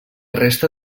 resta